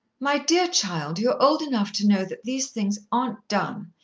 my dear child, you're old enough to know that these things aren't done,